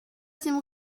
dem